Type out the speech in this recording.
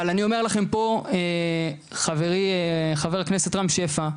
אבל אני אומר לכם פה, חברי חבר הכנסת רם שפע,